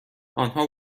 آنها